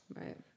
Right